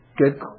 Good